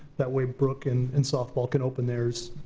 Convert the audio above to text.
that way brooke and and softball can open theirs,